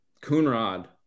Coonrod